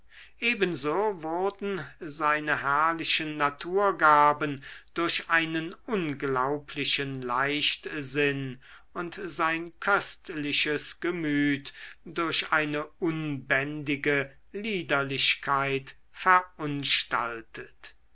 ebenso wurden seine herrlichen naturgaben durch einen unglaublichen leichtsinn und sein köstliches gemüt durch eine unbändige liederlichkeit verunstaltet